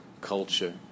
culture